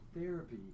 therapy